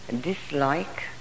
dislike